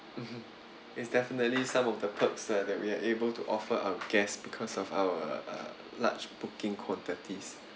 mm mm it's definitely some of the perks that that we are able to offer our guest because of our uh large booking quantities